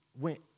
went